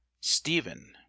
stephen